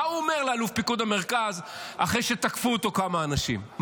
מה הוא אומר לאלוף פיקוד המרכז אחרי שתקפו אותו כמה אנשים שם?